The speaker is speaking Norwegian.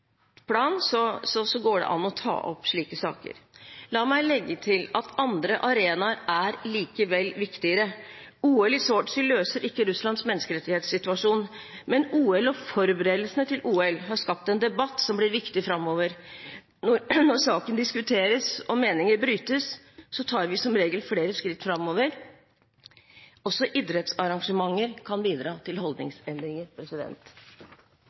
så går det an å ta opp slike saker. La meg legge til at andre arenaer likevel er viktigere. OL i Sotsji løser ikke Russlands menneskerettighetssituasjon, men OL og forberedelsene til OL har skapt en debatt som blir viktig framover. Når saken diskuteres, og meninger brytes, så tar vi som regel flere skritt framover. Også idrettsarrangementer kan bidra til holdningsendringer.